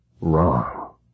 wrong